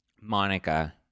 Monica